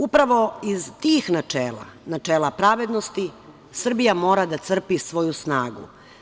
Upravo iz tih načela, načela pravednosti, Srbija mora da crpi svoju snagu.